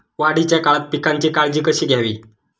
वाढीच्या काळात पिकांची काळजी कशी घ्यावी?